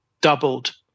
doubled